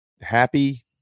happy